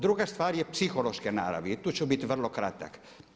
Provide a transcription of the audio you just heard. Druga stvar je psihološke naravi i tu ću biti vrlo kratak.